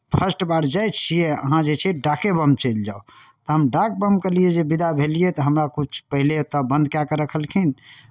first बार जाइ छियै अहाँ जे छै डाके बम चलि जाउ तऽ हम डाक बमके लिए जे विदा भेलियै तऽ हमरा किछु पहिले ओतय बन्द कए कऽ रखलखिन